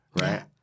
right